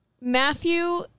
Matthew